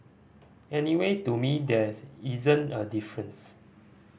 anyway to me there isn't a difference